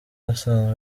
asanzwe